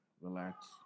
relax